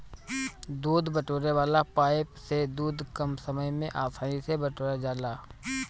दूध बटोरे वाला पाइप से दूध कम समय में आसानी से बटोरा जाला